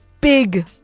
big